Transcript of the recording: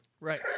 right